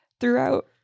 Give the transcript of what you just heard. throughout